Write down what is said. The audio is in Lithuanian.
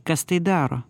kas tai daro